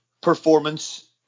performance